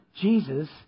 Jesus